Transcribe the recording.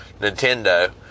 nintendo